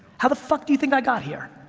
how the fuck do you think i got here?